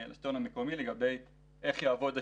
לבין השלטון המקומי לגבי איך יעבוד השיפוי.